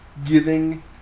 giving